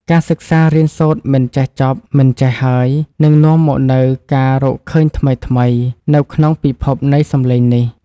ការសិក្សារៀនសូត្រមិនចេះចប់មិនចេះហើយនឹងនាំមកនូវការរកឃើញថ្មីៗនៅក្នុងពិភពនៃសំឡេងនេះ។